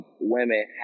women